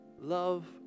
love